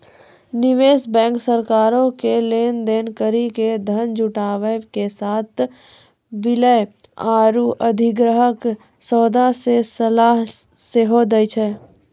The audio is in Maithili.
निवेश बैंक सरकारो के लेन देन करि के धन जुटाबै के साथे विलय आरु अधिग्रहण सौदा मे सलाह सेहो दै छै